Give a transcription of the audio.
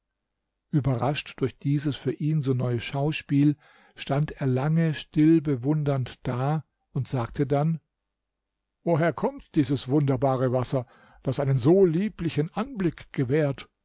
überrascht durch dieses für ihn so neue schauspiel stand er lange still bewundernd da und sagte dann woher kommt dieses wunderbare wasser das einen so lieblichen anblick gewährt